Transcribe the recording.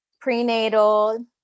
prenatal